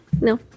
No